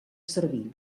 servir